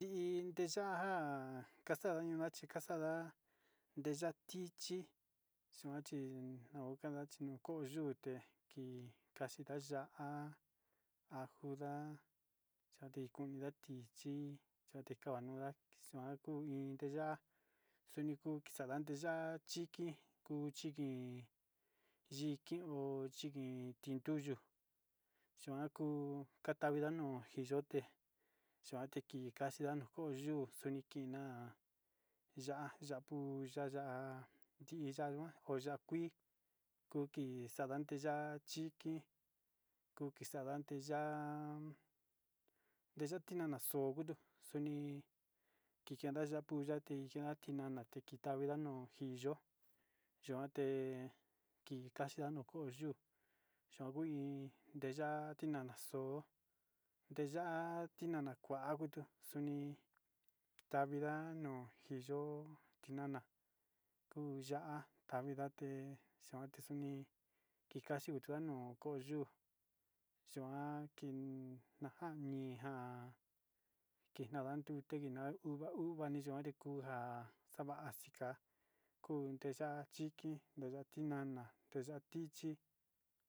I iin teyá njan kaxanonda chi kaxanda teyá tichi xuan chi najun kanda chino koyo yute kii kaxinda ya'á anjunda yate comida tichi xa'a kamanunda kuu iin tiyá xoni kuu xandate ya'á, chiki kuu chiki yiki o chiki tinruyu xuan kuu katavinda kuu tiyote xuanti nda'a kati nuu yuu oxuni kii na'a ya'a ya uu ya'a ya'a ndiya kuan ko yá kuii kii xandan tiya tiki kuki xanda tiya, deya tinana xo'o kuu ndó tuni kinana tiyate chiana tinana yuu kiyo yuante ki kaxinda kun yo'on choko iin tiyá tinana axuu tiya tinana kua tuni tavinda no'o tiyo'o ti nana kuu ya'á, yavindate xuanki xua niiaxi tuano kondoyu yuan kin ndajan ninjan kina ndan tute kina nda uva, uva kinda nikunda xavaxika kunde ya'a chiki tiyá tinana tiya tichi.